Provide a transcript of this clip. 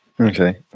okay